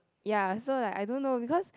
ya so like I don't know because